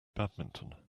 badminton